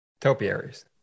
Topiaries